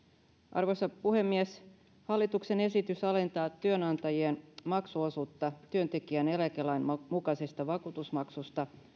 arvoisa puhemies hallituksen esitys alentaa työnantajien maksuosuutta työntekijän eläkelain mukaisesta vakuutusmaksusta